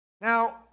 Now